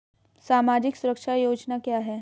सामाजिक सुरक्षा योजना क्या है?